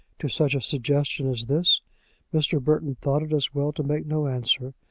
to such a suggestion as this mr. burton thought it as well to make no answer,